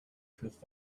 proof